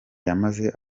yamaze